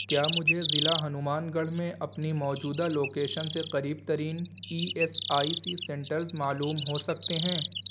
کیا مجھے ضلع ہنومان گڑھ میں اپنی موجودہ لوکیشن سے قریب ترین E S I C centres معلوم ہو سکتے ہیں